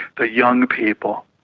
the young people.